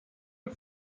not